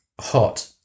hot